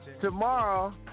tomorrow